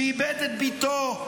שאיבד את בתו,